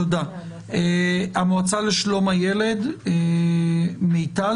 המועצה לשלום הילד, עורכת הדין מיטל